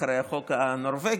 אחרי החוק הנורבגי,